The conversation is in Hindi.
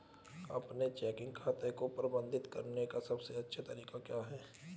अपने चेकिंग खाते को प्रबंधित करने का सबसे अच्छा तरीका क्या है?